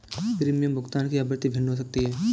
premium भुगतान की आवृत्ति भिन्न हो सकती है